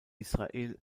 israel